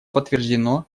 подтверждено